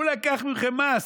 הוא לקח מכם מס,